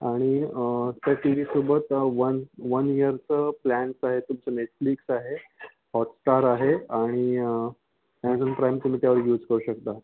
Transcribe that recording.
आणि त्या टी वीसोबत वन वन ईयरचं प्लॅन्स आहे तुमचं नेटफ्लिक्स आहे हॉटस्टार आहे आणि ॲमेझॉन प्राईम तुम्ही त्यावर युज करू शकता